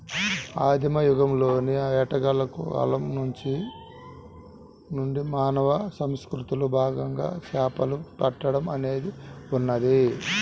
ఆదిమ యుగంలోని వేటగాళ్ల కాలం నుండి మానవ సంస్కృతిలో భాగంగా చేపలు పట్టడం అనేది ఉన్నది